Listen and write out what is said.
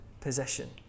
possession